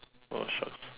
oh sharks